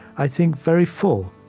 i think, very full.